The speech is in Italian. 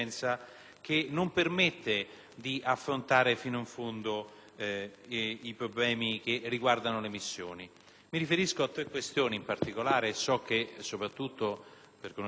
Mi riferisco a tre questioni in particolare. So che, soprattutto per conoscenza diretta, anche il sottosegretario Mantica conosce bene queste questioni riferite agli esteri. In primo luogo,